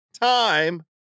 time